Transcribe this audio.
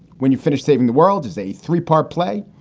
when you finish saving the world is a three part play,